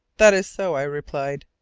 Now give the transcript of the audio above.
that is so, i replied,